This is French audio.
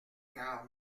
car